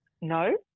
No